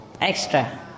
Extra